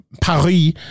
Paris